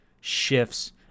shifts